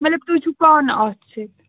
مطلب تُہۍ چھُو پانہٕ اَتھ سۭتۍ